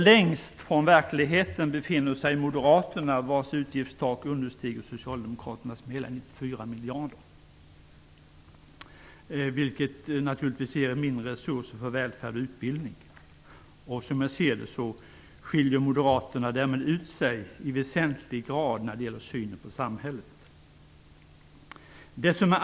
Längst från verkligheten befinner sig Moderaterna vars utgiftstak understiger Socialdemokraternas med hela 94 miljarder. Det ger naturligtvis mindre resurser för välfärd och utbildning. Som jag ser det skiljer Moderaterna därmed ut sig i väsentlig grad när det gäller synen på samhället.